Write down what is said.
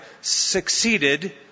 succeeded